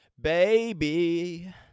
baby